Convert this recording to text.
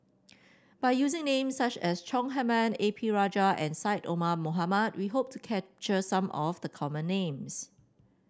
by using names such as Chong Heman A P Rajah and Syed Omar Mohamed we hope to capture some of the common names